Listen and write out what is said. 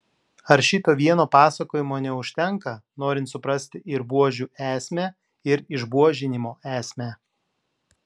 ar šito vieno pasakojimo neužtenka norint suprasti ir buožių esmę ir išbuožinimo esmę